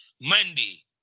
Monday